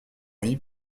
vie